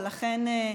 ולכן,